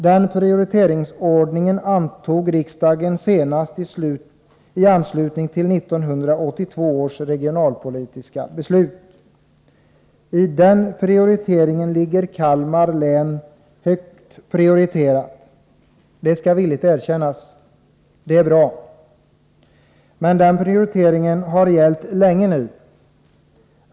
Den prioriteringsordningen antog riksdagen senast i anslutning till 1982 års regionalpolitiska beslut. I den prioriteringen ligger Kalmar län högt, det skall villigt erkännas. Det är bra! Men den prioriteringen har gällt länge nu.